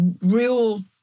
real